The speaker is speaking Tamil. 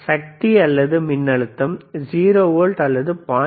சக்தி அல்லது மின்னழுத்தம் 0 வோல்ட் அல்லது 0